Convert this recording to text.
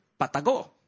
patago